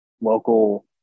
local